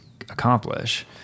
accomplish